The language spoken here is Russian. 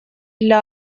для